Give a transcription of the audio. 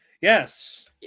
Yes